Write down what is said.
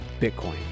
Bitcoin